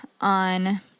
on